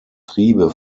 triebe